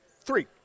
Three